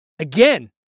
again